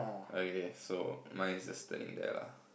okay so mine is just standing there lah